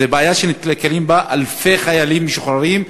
זו בעיה שנתקלים בה אלפי חיילים משוחררים.